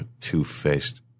Two-faced